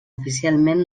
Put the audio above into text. oficialment